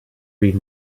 read